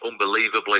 unbelievably